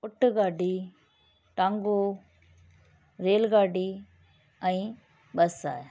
ऊट गाॾी टांगो रेलगाॾी ऐ बस आहे